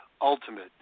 Ultimate